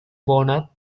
boner